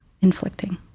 inflicting